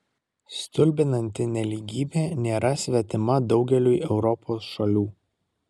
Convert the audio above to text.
stulbinanti nelygybė nėra svetima daugeliui europos šalių